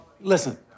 Listen